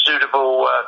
suitable